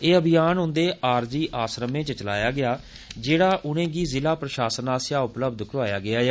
एह अभियान उन्दे आरजी आसरमें च चलाया गेया जेड़ा उनेंगी जिला प्रशासन आस्सेया उपलब्ध करोआया गेदा ऐ